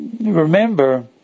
remember